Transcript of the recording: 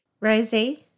Rosie